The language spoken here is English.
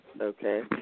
okay